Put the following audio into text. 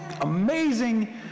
amazing